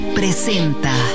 presenta